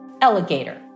Alligator